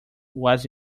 was